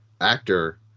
actor